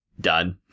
done